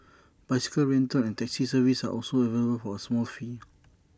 bicycle rental and taxi services are also available for A small fee